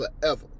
forever